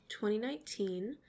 2019